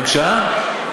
ובמציאות?